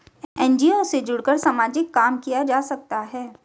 NGO से जुड़कर सामाजिक काम किया जा सकता है